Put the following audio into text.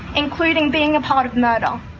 including being a part of murder!